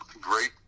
great